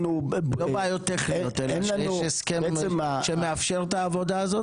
לא בעיות טכניות אלא שיש הסכם שמאפשר את העבודה הזאת?